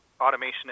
automation